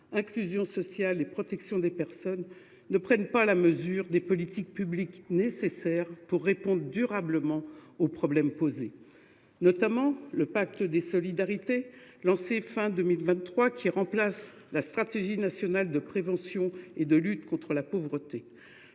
Inclusion sociale et protection des personnes », ne prennent pas la mesure des politiques publiques nécessaires pour répondre durablement aux problèmes posés. C’est notamment le cas pour le Pacte des solidarités, lancé à la fin de 2023 pour remplacer la Stratégie nationale de prévention et de lutte contre la pauvreté.